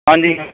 ਹਾਂਜੀ ਹਾਂ